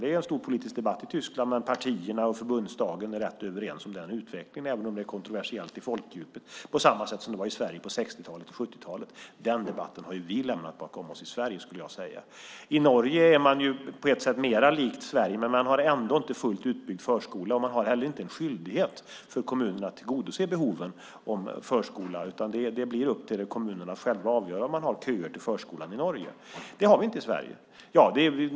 Det är en stor politisk debatt i Tyskland, men partierna och förbundsdagen är rätt överens om den utvecklingen, även om det är kontroversiellt i folkdjupet på samma sätt som det var i Sverige på 60-talet och 70-talet. Den debatten har ju vi lämnat bakom oss i Sverige, skulle jag säga. I Norge är man på ett sätt mer likt Sverige, men man har ändå inte en fullt utbyggd förskola, och man har heller inte en skyldighet för kommunerna att tillgodose behoven av förskola. Det blir upp till kommunerna i Norge att själva avgöra om man har köer till förskolan. Det systemet har vi inte i Sverige.